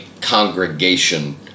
congregation